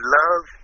love